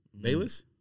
Bayless